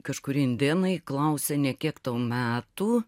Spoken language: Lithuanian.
kažkur indėnai klausia ne kiek tau metų